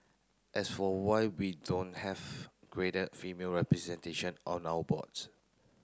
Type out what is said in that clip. as for why we don't have greater female representation on our boards